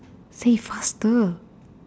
say faster